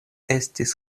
estis